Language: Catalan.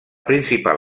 principal